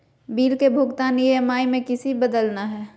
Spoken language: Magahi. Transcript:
बिल के भुगतान ई.एम.आई में किसी बदलना है?